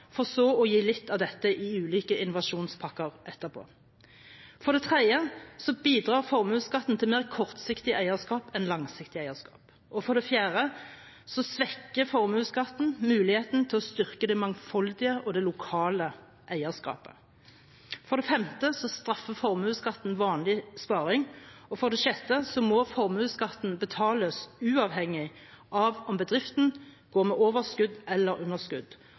for så å gi litt av dette i ulike innovasjonspakker etterpå. For det tredje bidrar formuesskatten til mer kortsiktig eierskap enn langsiktig eierskap. For det fjerde svekker formuesskatten muligheten til å styrke det mangfoldige og lokale eierskapet. For det femte straffer formuesskatten vanlig sparing. For det sjette må formuesskatten betales uavhengig av om bedriften går med overskudd eller underskudd,